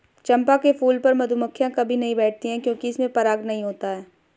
चंपा के फूल पर मधुमक्खियां कभी नहीं बैठती हैं क्योंकि इसमें पराग नहीं होता है